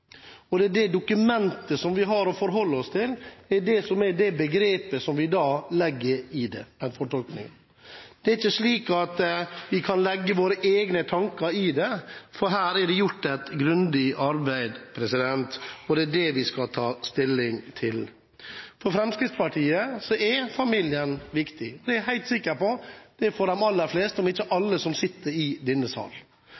innstillingen. Det er det dokumentet vi har å forholde oss til, det er det begrepet og den fortolkningen vi da legger i det. Det er ikke slik at vi kan legge våre egne tanker i det, for her er det gjort et grundig arbeid, og det er det vi skal ta stilling til. For Fremskrittspartiet er familien viktig. Det er jeg helt sikker på at det er for de aller fleste, om ikke